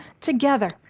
together